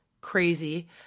crazy